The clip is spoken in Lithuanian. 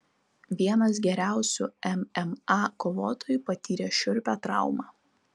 vienas geriausių mma kovotojų patyrė šiurpią traumą